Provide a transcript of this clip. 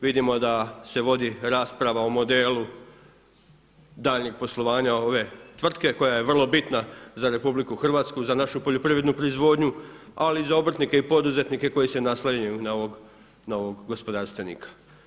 Vidimo da se vodi rasprava o modelu daljnjeg poslovanja ove tvrtke koja je vrlo bitna za RH, za našu poljoprivrednu proizvodnju, ali i za obrtnike i poduzetnike koji se naslanjanju na ovog gospodarstvenika.